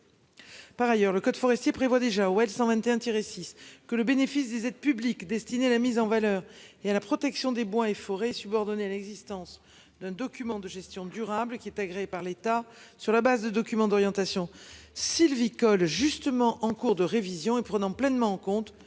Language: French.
Par ailleurs, le code forestier prévoit déjà Howell 121 tirer six que le bénéfice des aides publiques destinées à la mise en valeur et à la protection des bois et forêts subordonnée à l'existence d'un document de gestion durable qui est agrée par l'État sur la base de documents d'orientation sylvicoles justement. En cours de révision et prenant pleinement en compte